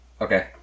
Okay